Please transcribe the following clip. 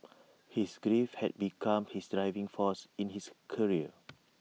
his grief had become his driving force in his career